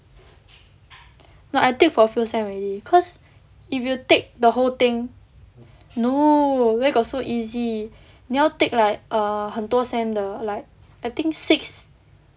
no I take for a few sem already cause if you take the whole thing no where got so easy 你要 take like err 很多 sem 的 like I think six